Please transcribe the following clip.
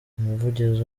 umuvugizi